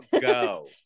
go